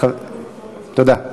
תודה.